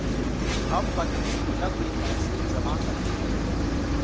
हम प्रतिदिन गुल्लक में पैसे जमा करते है